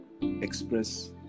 express